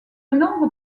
nombre